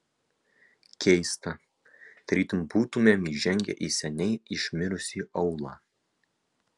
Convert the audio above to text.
keista tarytum būtumėm įžengę į seniai išmirusį aūlą